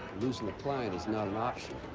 losing a client is not an option.